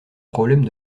problème